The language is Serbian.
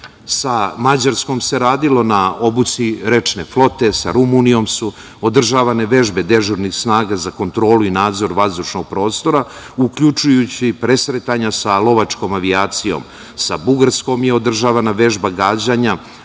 Sa Mađarskom se radilo na obuci rečne flote, sa Rumunijom su održavane vežbe dežurnih snaga za kontrolu i nadzor vazdušnog prostora, uključujući presretanja sa lovačkom avijacijom. Sa Bugarskom je održavana vežba gađanja